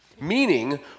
meaning